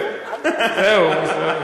כבודו.